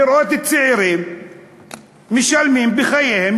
לראות צעירים משלמים בחייהם,